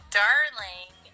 darling